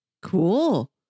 cool